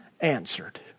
answered